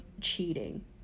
cheating